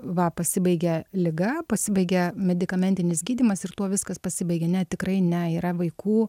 va pasibaigė liga pasibaigė medikamentinis gydymas ir tuo viskas pasibaigė ne tikrai ne yra vaikų